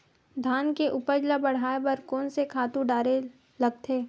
धान के उपज ल बढ़ाये बर कोन से खातु डारेल लगथे?